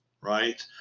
right